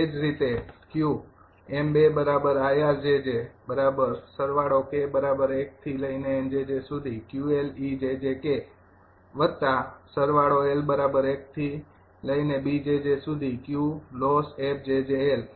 એ જ રીતે